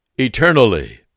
eternally